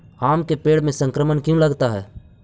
आम के पेड़ में संक्रमण क्यों लगता है?